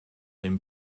den